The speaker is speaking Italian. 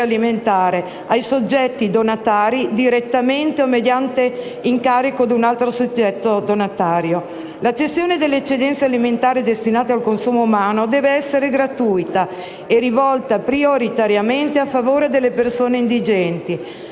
alimentare, ai soggetti donatari, direttamente o mediante incarico ad altro soggetto donatario. La cessione delle eccedenze alimentari destinate al consumo umano deve essere gratuita e rivolta prioritariamente a favore delle persone indigenti,